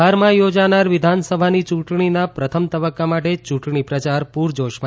બિહારમાં યોજાનાર વિધાનસભાની યૂંટણીના પ્રથમ તબક્કા માટે ચૂંટણી પ્રયાર પૂરજોશમાં